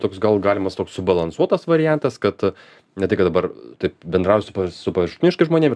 toks gal galimas toks subalansuotas variantas kad ne tai kad dabar taip bendrausiu su paviršutiniškais žmonėm